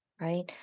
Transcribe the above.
Right